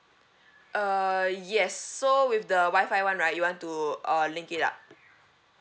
uh yes so with the wi-fi [one] right you want to uh link it up